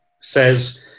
says